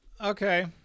Okay